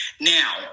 Now